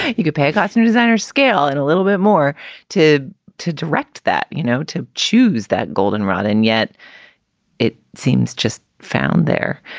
you could pay a costume designer scale and a little bit more to to direct that, you know, to choose that golden rod. and yet it seems just found there.